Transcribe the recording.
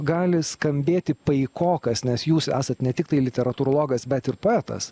gali skambėti paikokas nes jūs esat ne tiktai literatūrologas bet ir poetas